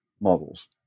models